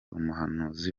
umuhanuzi